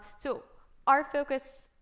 so our focus